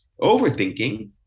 overthinking